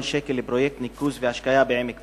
ש"ח לפרויקט ניקוז והשקיה בעמק בית-נטופה.